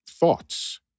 Thoughts